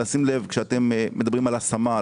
כשאתם מדברים על השמה,